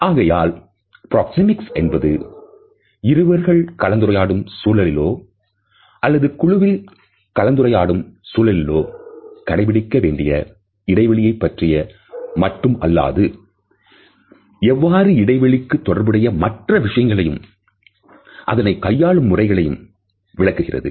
ஆகையால் பிராக்சேமிக்ஸ் என்பது இருவர்கள் கலந்துரையாடும் சூழலிலோ அல்லது குழுவில் கலந்துரையாடும் சூழலிலோ கடைபிடிக்க வேண்டிய இடைவெளியை பற்றி மட்டும் அல்லாது எவ்வாறு இடைவெளிக்கு தொடர்புடைய மற்ற விஷயங்களையும் அதனை கையாளும் முறைகளையும் விளக்குகிறது